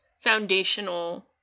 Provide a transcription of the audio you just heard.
foundational